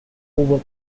over